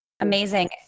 Amazing